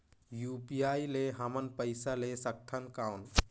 UPI ले हमन पइसा ले सकथन कौन?